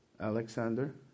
Alexander